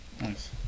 Nice